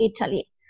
italy